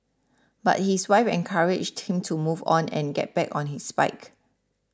but his wife encouraged him to move on and get back on his bike